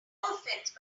offense